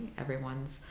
everyone's